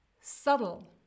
Subtle